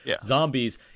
zombies